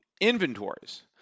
inventories